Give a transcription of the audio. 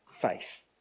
faith